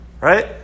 right